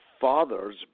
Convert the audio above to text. father's